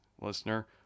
listener